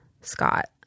Scott